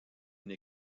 une